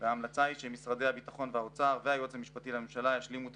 וההמלצה היא שמשרדי הביטחון והאוצר והיועץ המשפטי לממשלה ישלימו את